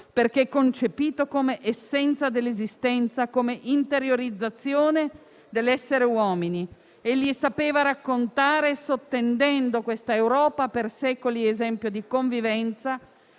perché concepito come essenza dell'esistenza, come interiorizzazione dell'essere uomini. Egli sapeva raccontare sottendendo questa Europa, per secoli esempio di convivenza,